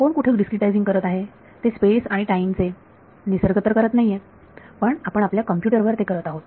कुठे कोण डिस्क्रीटाईझिंग करीत आहे ते स्पेस आणि टाईम चे निसर्ग तर करत नाहीये पण आपण आपल्या कॉम्प्युटर वर ते करत आहोत